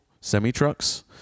semi-trucks